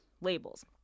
labels